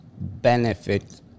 benefit